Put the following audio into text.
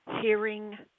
hearing